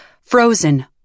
frozen